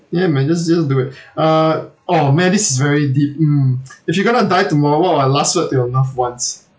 ya man just just do it uh oh man this is very deep mm if you're going to die tomorrow what are your last words to your loved ones